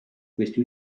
questi